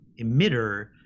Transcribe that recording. emitter